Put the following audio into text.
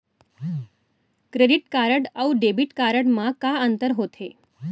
Credit card अऊ debit card मा का अंतर होथे?